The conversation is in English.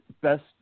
best